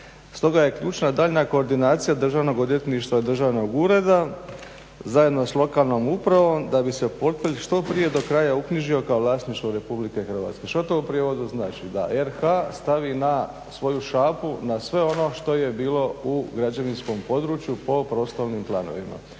stoga je ključna daljnja koordinacija državnog odvjetništva, državnog ureda, zajedno s lokalnom upravom da bi se portfelj što prije do kraja uknjižio kao vlasništvo Republike Hrvatske. Što to u prijevodu znači, da RH stavi na svoju šapu na sve ono što je bilo u građevinskom području po prostornim planovima.